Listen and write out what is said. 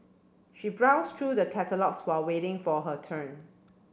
she browsed through the catalogues while waiting for her turn